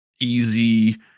easy